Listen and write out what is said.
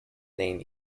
name